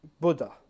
Buddha